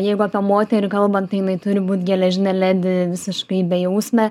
jeigu apie moterį kalbant tai jinai turi būt geležinė ledi visiškai bejausmė